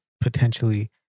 potentially